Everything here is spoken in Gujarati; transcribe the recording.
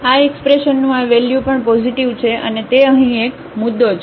તેથી આ એક્સપ્રેશનનું આ વેલ્યુ પણ પોઝિટિવ છે અને તે અહીં એક મુદ્દો છે